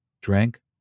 drank